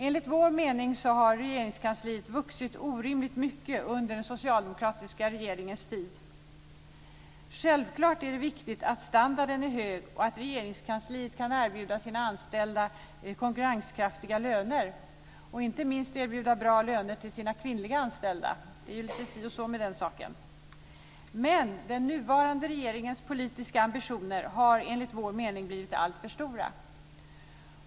Enligt vår mening har Regeringskansliet vuxit orimligt mycket under den socialdemokratiska regeringens tid. Självklart är det viktigt att standarden är hög och att Regeringskansliet kan erbjuda sina anställda konkurrenskraftiga löner och inte minst erbjuda bra löner till sina kvinnliga anställda. Det är litet si och så med den saken. Men den nuvarande regeringens politiska ambitioner har enligt vår mening blivit alltför stora.